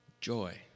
joy